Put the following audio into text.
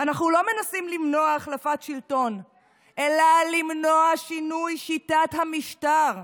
אנחנו לא מנסים למנוע החלפת שלטון אלא למנוע את שינוי שיטת המשטר.